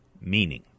meaning